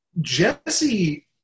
Jesse